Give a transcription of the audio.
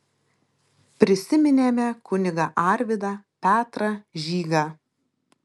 prisiminėme kunigą arvydą petrą žygą